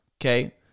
okay